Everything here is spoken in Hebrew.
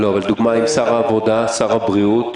לא, אבל לדוגמה, אם שר העבודה, שר הבריאות,